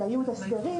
שהיו את הסגרים,